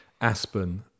Aspen